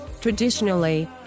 Traditionally